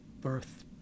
birth